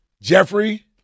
Jeffrey